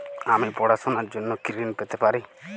আমি পড়াশুনার জন্য কি ঋন পেতে পারি?